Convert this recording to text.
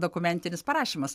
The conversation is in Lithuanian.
dokumentinis parašymas